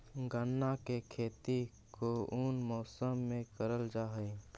गन्ना के खेती कोउन मौसम मे करल जा हई?